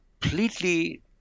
completely